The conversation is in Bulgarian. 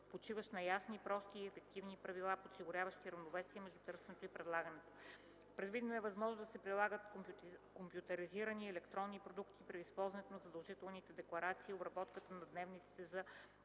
почиващ на ясни, прости и ефикасни правила, подсигуряващи равновесие между търсенето и предлагането. Предвидена е възможност да се прилагат компютъризирани и електронни процедури при използването на задължителните декларации, обработката на дневниците за